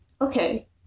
okay